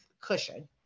cushion